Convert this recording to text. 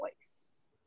voice